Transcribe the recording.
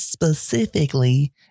specifically